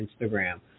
instagram